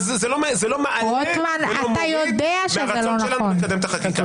זה לא מעלה ולא מוריד מהרצון שלנו לקדם את החקיקה.